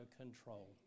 control